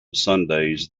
sundays